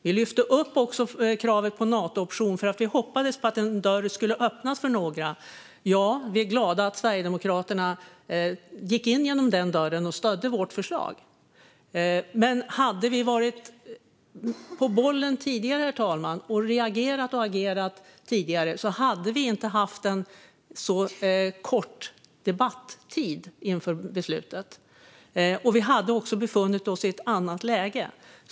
Vi lyfte också upp kravet på en Natooption eftersom vi hoppades att en dörr skulle öppnas för några. Vi är glada att Sverigedemokraterna gick in genom den dörren och stödde vårt förslag. Men hade vi varit på bollen tidigare, herr talman, och reagerat och agerat tidigare hade vi inte haft en så kort debattid inför beslutet. Vi hade också befunnit oss i ett annat läge.